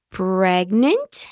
pregnant